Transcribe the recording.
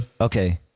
Okay